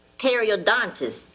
periodontist